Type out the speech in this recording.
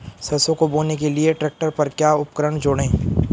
सरसों को बोने के लिये ट्रैक्टर पर क्या उपकरण जोड़ें?